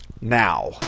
now